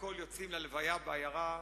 והכול יוצאים להלוויה בעיירה.